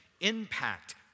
impact